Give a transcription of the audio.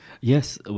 Yes